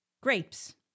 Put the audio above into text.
Grapes